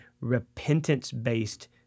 repentance-based